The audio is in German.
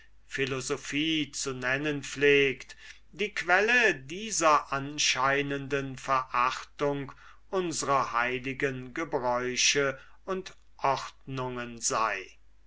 philosophie zu nennen pflegt die quelle dieser anscheinenden verachtung unsrer heiligen gebräuche und ordnungen sei